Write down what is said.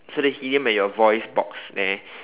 so the helium at your voice box there